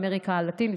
באמריקה הלטינית,